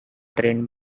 trained